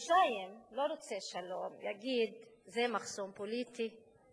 שלא רוצה שלום" יגיד: זה מחסום פוליטי,